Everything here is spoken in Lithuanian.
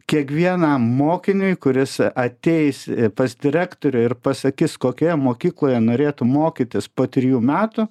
kiekvienam mokiniui kuris ateis pas direktorių ir pasakys kokioje mokykloje norėtų mokytis po trijų metų